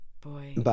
Boy